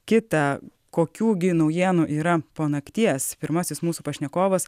kitą kokių gi naujienų yra po nakties pirmasis mūsų pašnekovas